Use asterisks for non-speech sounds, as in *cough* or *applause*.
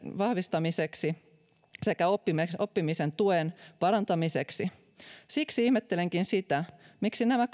vahvistamiseksi sekä oppimisen oppimisen tuen parantamiseksi siksi ihmettelenkin sitä miksi nämä *unintelligible*